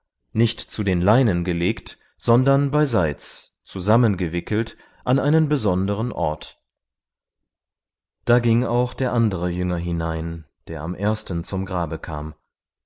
nicht zu den leinen gelegt sondern beiseits zusammengewickelt an einen besonderen ort da ging auch der andere jünger hinein der am ersten zum grabe kam